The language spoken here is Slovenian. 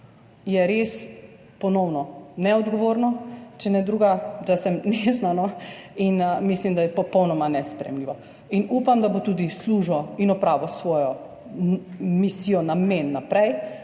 je res ponovno neodgovorno, če ne drugega, da sem nežna, in mislim, da je popolnoma nesprejemljivo. Upam, da bo tudi služil in opravljal svojo misijo, namen naprej